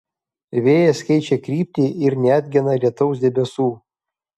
vėjas keičia kryptį ir neatgena lietaus debesų